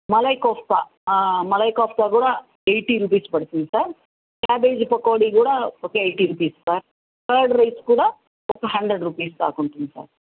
మలై కోఫ్తా మలై కోఫ్తా కూడా eighty rupees పడుతుంది sir cabbage pakodi కూడా ఒక eighty rupees sir curd rice కూడ ఒక హండ్రెడ్ రుపీస్ దాకా ఉంటుంది సార్